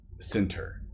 center